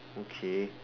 okay